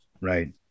right